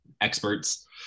experts